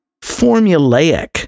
formulaic